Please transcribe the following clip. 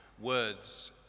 words